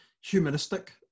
humanistic